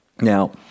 Now